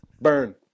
Burn